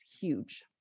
huge